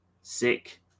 sick